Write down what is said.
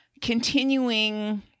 continuing